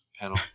panel